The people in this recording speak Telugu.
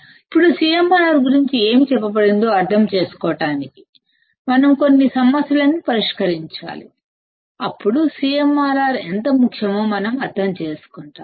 ఇప్పుడు CMRR గురించి ఏమి చెప్పబడిందో అర్థం చేసుకోవడానికి మనం కొన్ని సమస్యలను పరిష్కరించాలి అప్పుడు CMRR ఎంత ముఖ్యమో మనం అర్థం చేసుకుంటాము